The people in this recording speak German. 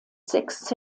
sechs